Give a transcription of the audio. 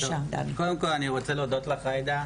קודם כל אני רוצה להודות לך עאידה,